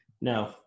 No